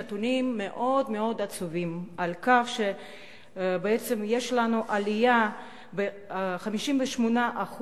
נתונים מאוד מאוד עצובים על כך שיש ב-2010 עלייה של 58%